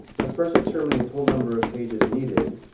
let's first determine the total number of pages needed.